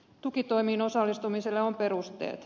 tukitoimiin osallistumiselle on perusteet